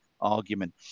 argument